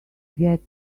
get